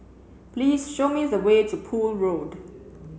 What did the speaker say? please show me the way to Poole Road